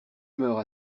meurt